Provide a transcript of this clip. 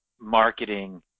marketing